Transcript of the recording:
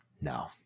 No